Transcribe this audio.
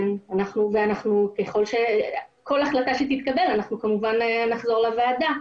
כל החלטה שתתקבל, אנחנו כמובן נחזור לוועדה.